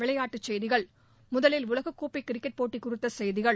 விளையாட்டுச் செய்திகள் முதலில் உலகக்கோப்பை கிரிக்கெட் போட்டி குறித்த செய்திகள்